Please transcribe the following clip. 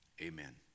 amen